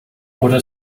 oder